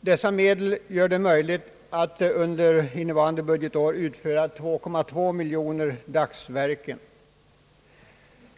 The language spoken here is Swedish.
Dessa medel gör det möjligt att under innevarande budgetår utföra 2,2 miljoner dagsverken.